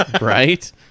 Right